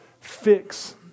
fix